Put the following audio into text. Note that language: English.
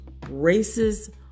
racist